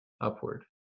upward